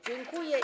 Dziękuję.